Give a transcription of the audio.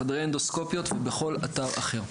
חדרי אנדוסקופיות ובכל אתר אחר".